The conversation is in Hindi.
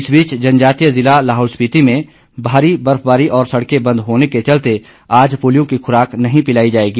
इस बीच जनजातीय जिला लाहौल स्पीति में भारी बर्फबारी और सड़कें बंद होने के चलते आज पोलियो की खुराक नहीं पिलाई जाएगी